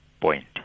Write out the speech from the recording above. point